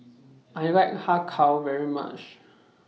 I like Har Kow very much